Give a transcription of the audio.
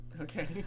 Okay